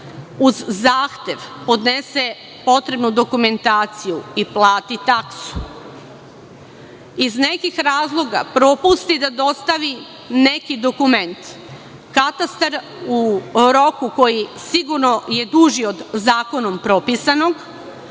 uz zahtev, podnese i potrebnu dokumentaciju i plati taksu, iz nekih razloga propusti da dostavi neki dokument, katastar u roku, koji je sigurno duži od zakonom propisanog,